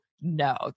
no